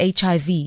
HIV